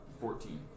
fourteen